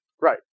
Right